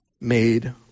Made